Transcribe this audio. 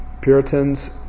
Puritans